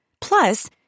Plus